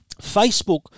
Facebook